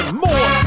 more